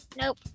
Nope